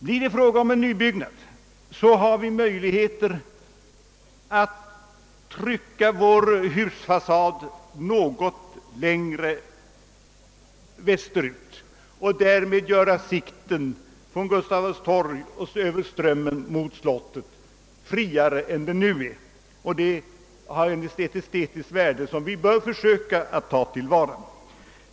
Blir det fråga om nybyggnad, har vi möjligheter att trycka vår husfasad något längre västerut och därmed göra sikten från Gustav Adolfs torg över Strömmen mot Slottet friare än den nu är. Det har ett estetiskt värde, som vi bör försöka ta till vara.